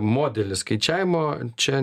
modelis skaičiavimo čia